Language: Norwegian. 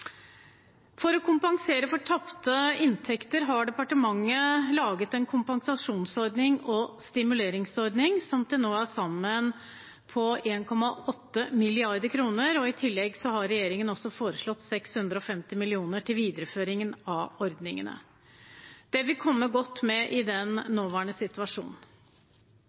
For å kompensere for tapte inntekter har departementet laget en kompensasjonsordning og en stimuleringsordning som til nå er på til sammen 1,8 mrd. kr. I tillegg har regjeringen foreslått 650 mill. kr til videreføringen av ordningene. Det vil komme godt med i den nåværende